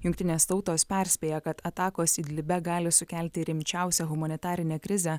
jungtinės tautos perspėja kad atakos idlibe gali sukelti rimčiausią humanitarinę krizę